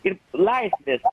ir laisvės